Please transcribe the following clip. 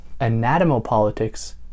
anatomopolitics